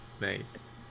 nice